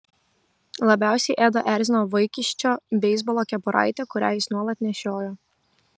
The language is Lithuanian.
labiausiai edą erzino vaikiščio beisbolo kepuraitė kurią jis nuolat nešiojo